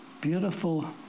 beautiful